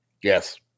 yes